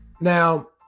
Now